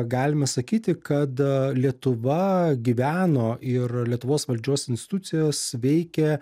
galime sakyti kad lietuva gyveno ir lietuvos valdžios institucijos veikė